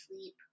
sleep